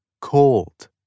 cold